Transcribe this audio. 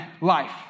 life